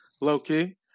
low-key